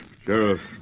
Sheriff